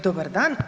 Dobar dan.